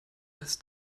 als